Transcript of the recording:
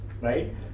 right